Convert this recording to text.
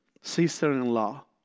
sister-in-law